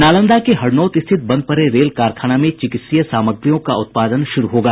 नालंदा के हरनौत स्थित बंद पड़े रेल कारखाना में चिकित्सीय समाग्रियों का उत्पादन शुरू होगा